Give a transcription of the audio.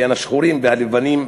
בין השחורים והלבנים,